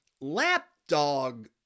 lapdog